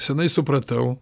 senai supratau